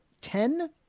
ten